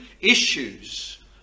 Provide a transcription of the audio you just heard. issues